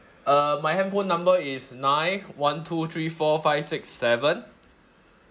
uh my handphone number is nine one two three four five six seven